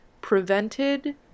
prevented